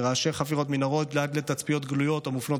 מרעשי חפירת מנהרות ועד לתצפיות גלויות המופנות